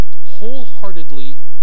wholeheartedly